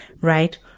right